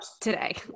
today